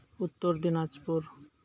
Uttar Dinajpur